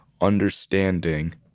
understanding